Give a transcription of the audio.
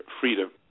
freedom